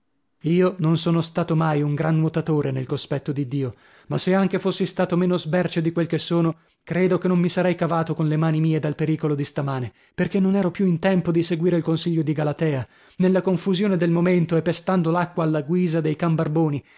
io non sono stato mai un gran nuotatore nel cospetto di dio ma se anche fossi stato meno sbercia di quel che sono credo che non mi sarei cavato con le mani mie dal pericolo di stamane perchè non ero più in tempo di seguire il consiglio di galatea nella confusione del momento e pestando l'acqua alla guisa dei can barboni